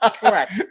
Correct